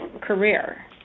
career